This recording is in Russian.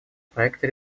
проекта